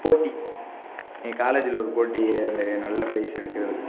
போட்டி என் காலேஜ்ல ஒரு போட்டி அது நல்ல ஃப்ரைஸ் எடுக்கிறது